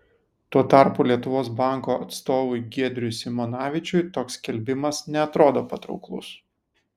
tuo tarpu lietuvos banko atstovui giedriui simonavičiui toks skelbimas neatrodo patrauklus